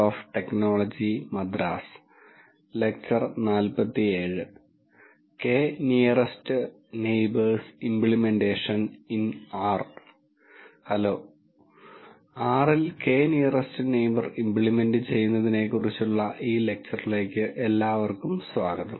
K nearest neighbours implementation in R എല്ലാവർക്കും hello R ൽ k nearest neighbour implement ചെയ്യുന്നതിനെക്കുറിച്ചുള്ള ഈ ലെക്ച്ചറിലേക്ക് സ്വാഗതം